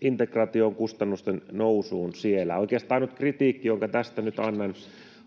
integraatiokustannusten nousuun siellä. Oikeastaan ainut kritiikki, jonka tästä nyt annan,